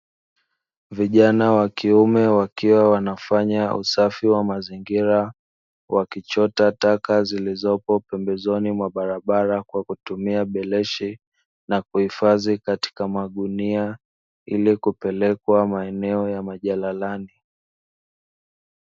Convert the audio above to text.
Vijana wakiume wakiwa wanafanya usafi wa mazingira, wakichota taka zilizopo pembezoni mwa barabara kwa kutumia beleshi na kuhifadhi kwenye magunia ili kupelekwa maeneo ya majalalani.